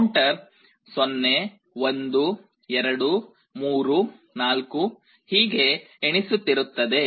counter 0 1 2 3 4 ಹೀಗೆ ಎಣಿಸುತ್ತಿರುತ್ತದೆ